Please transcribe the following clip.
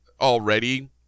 already